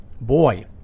Boy